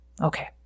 Okay